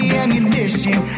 ammunition